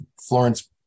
Florence